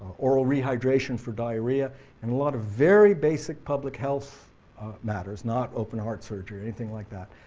oral rehydration for diarrhea and a lot of very basic public health matters, not open heart surgery or anything like that,